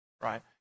right